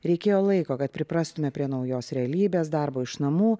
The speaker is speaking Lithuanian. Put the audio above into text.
reikėjo laiko kad priprastume prie naujos realybės darbo iš namų